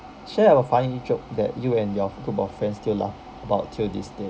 share a funny joke that you and your group of friends still laugh about till this day